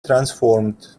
transformed